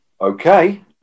okay